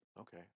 okay